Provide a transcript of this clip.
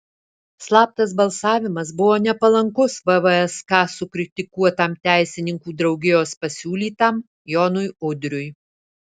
slaptas balsavimas buvo nepalankus vvsk sukritikuotam teisininkų draugijos pasiūlytam jonui udriui